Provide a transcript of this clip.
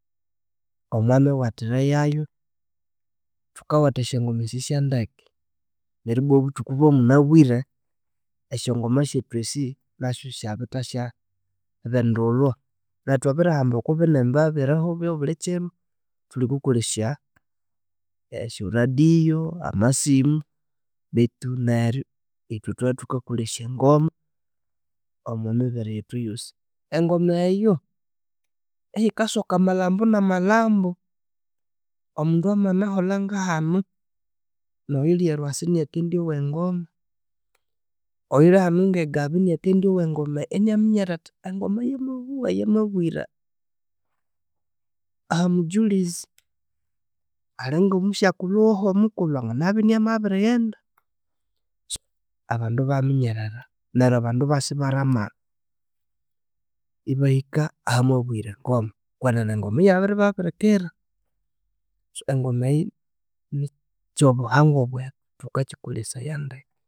Omwa miwathire yayo thukawatha esyongoma esi syandeke neryo bwa obuthuku bwa munabire esya ngoma syethu esi nasyo syabirithasya bindulhwa nethu thwabirimba oko binimba ebirigho ebyabulikiro thulikukolhesya, esyoradio, amasimu. Bethu neryo ithwe thwabya thukalolhesya engoma omobibere yethu eyosi, engoma eyo, eyikasoka amalhambu na malhambu, omundu amanabiriholha ngahanu noyuli erwasa inakindowa engoma, oyulihano ngegabba inakindyowa engomo eyo inaminyerera athi engoma yamabuwa yamabuwira ahamujulizi alinga omusyakulhu woho mukulhu anganabya inamabirighenda. So abandu ibaminyerera neryo abandu ibasa baramagha ibahika ahamabuwira engoma kwenene engoma iyabiribabirikira. So engoma eyo ni- kyo buhangwa bwethu thukakyikolesaya ndeke